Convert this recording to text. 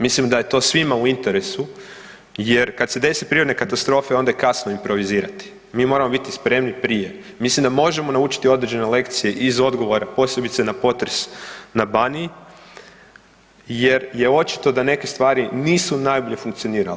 Mislim da je to svima u interesu, jer kad se dese prirodne katastrofe onda je kasno improvizirati, mi moramo biti spremni prije, mislim da možemo naučiti određene lekcije iz odgovora, posebice na potres na Baniji, jer je očito da neke stvari nisu najbolje funkcionirale.